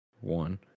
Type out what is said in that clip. one